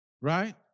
Right